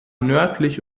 nördlich